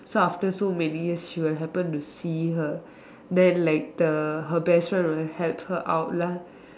so after so many years she would happen to see her then like the her best friend will help her out lah